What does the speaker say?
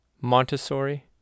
Montessori